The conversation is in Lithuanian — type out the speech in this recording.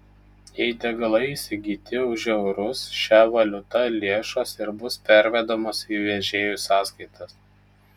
jei degalai įsigyti už eurus šia valiuta lėšos ir bus pervedamos į vežėjų sąskaitas